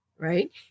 Right